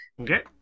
Okay